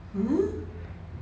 ugh